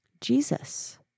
Jesus